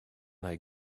they